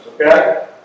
okay